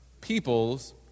peoples